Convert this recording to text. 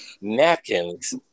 napkins